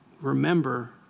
Remember